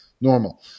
normal